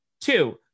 Two